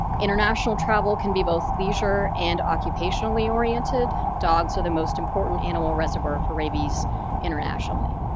international travel can be both leisure and occupationally oriented. dogs are the most important animal reservoir for rabies internationally.